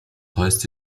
hoist